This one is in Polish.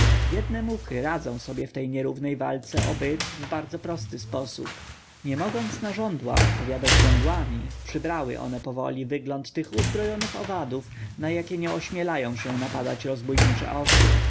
biedne muchy radzą sobie w tej nierównej walce o byt w bardzo prosty sposób nie mogąc na żądła odpowiadać żądłami przybrały one powoli wygląd tych uzbrojonych owadów na jakie nie ośmielają się napadać rozbójnicze osy